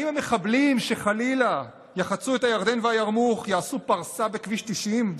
האם המחבלים שחלילה יחצו את הירדן והירמוך יעשו פרסה בכביש 90?